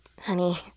honey